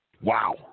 Wow